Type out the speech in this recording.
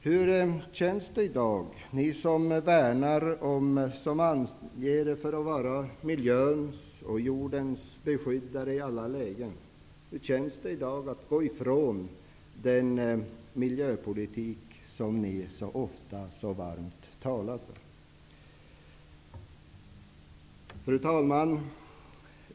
Hur känner ni er i dag, ni som anser er vara miljöns och jordens beskyddare i alla lägen? Hur känns det i dag att gå ifrån den miljöpolitik som ni så ofta och så varmt talar om? Fru talman!